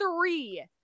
three